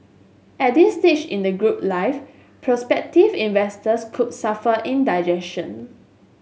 at this stage in the group life prospective investors could suffer indigestion